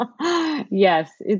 Yes